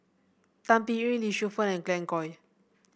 Tan Biyun Lee Shu Fen and Glen Goei